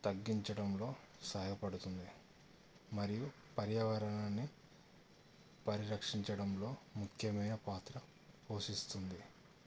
తగ్గించడంలో సహయపడుతుంది మరియు పర్యావరణాన్ని పరిరక్షించడంలో ముఖ్యమైన పాత్ర పోషిస్తుంది